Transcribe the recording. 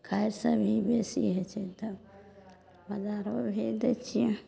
खाय से ही बेसी होइ छै तऽ बजारमे भेज दै छियै